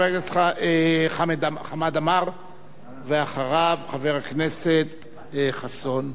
חבר הכנסת חמד עמאר, ואחריו, חבר הכנסת אכרם חסון.